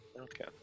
Okay